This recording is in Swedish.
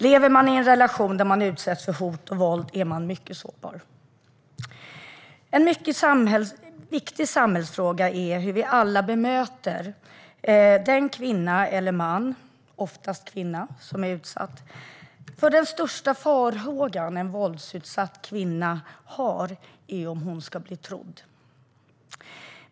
Om man lever i en relation där man utsätts för hot och våld är man mycket sårbar. En viktig samhällsfråga är hur vi alla bemöter den kvinna eller man - oftast kvinna - som är utsatt. Den största farhåga en våldsutsatt kvinna har är huruvida hon ska bli trodd.